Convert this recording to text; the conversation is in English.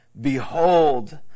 behold